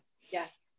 Yes